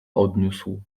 odniósł